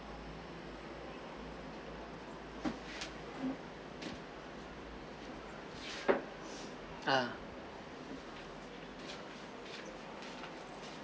ha